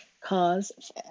cause